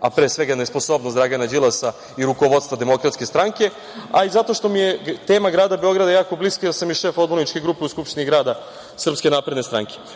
a pre svega nesposobnost Dragana Đilasa i rukovodstva DS, a i zato što mi je tema grada Beograda jako bliska, zato što sam i šef odborničke grupe SNS u Skupštini grada. Ove podatke